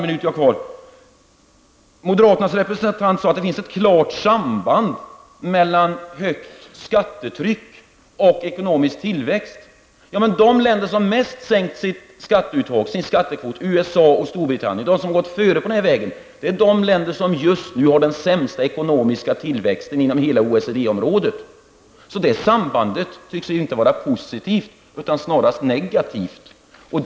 Moderaternas representant sade att det finns ett klart samband mellan högt skattetryck och ekonomisk tillväxt. De länder som mest har sänkt sin skatt, USA och Storbritannien, och har gått före på denna väg, är de länder som just nu har den sämsta ekonomiska tillväxten inom hela OECD området. Det sambandet tycks inte vara positivt utan snarast negativt.